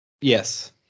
Yes